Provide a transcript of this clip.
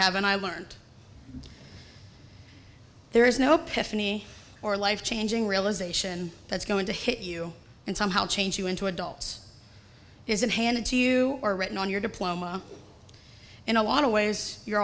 haven't i learnt there is no pick me or life changing realisation that's going to hit you and somehow change you into adults isn't handed to you or written on your diploma in a lot of ways you're